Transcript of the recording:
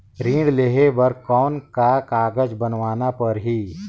ऋण लेहे बर कौन का कागज बनवाना परही?